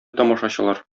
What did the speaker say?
тамашачылар